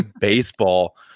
baseball